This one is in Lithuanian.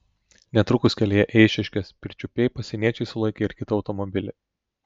netrukus kelyje eišiškės pirčiupiai pasieniečiai sulaikė ir kitą automobilį